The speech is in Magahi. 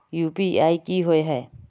यु.पी.आई की होय है?